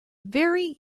very